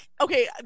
Okay